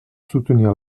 soutenir